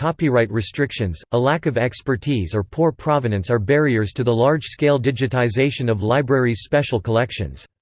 copyright restrictions, a lack of expertise or poor provenance are barriers to the large-scale digitization of libraries' special collections.